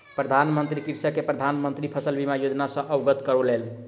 प्रधान मंत्री कृषक के प्रधान मंत्री फसल बीमा योजना सॅ अवगत करौलैन